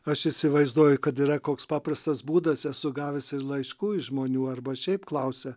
aš įsivaizduoju kad yra koks paprastas būdas esu gavęs ir laiškų iš žmonių arba šiaip klausia